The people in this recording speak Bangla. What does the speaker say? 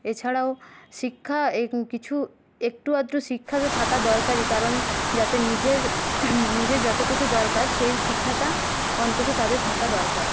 এছাড়াও শিক্ষা কিছু একটু আধটু শিক্ষা তো থাকা দরকারই কারণ যাতে নিজের নিজে যতটুকু দরকার সেই শিক্ষাটা অন্তত তাদের থাকা দরকার